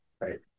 right